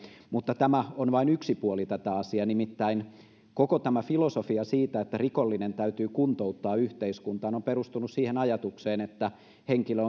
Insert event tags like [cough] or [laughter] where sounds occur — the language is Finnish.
mutta tämä on vain yksi puoli tätä asiaa nimittäin koko tämä filosofia siitä että rikollinen täytyy kuntouttaa yhteiskuntaan on perustunut siihen ajatukseen että henkilö [unintelligible]